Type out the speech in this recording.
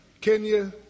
Kenya